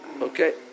Okay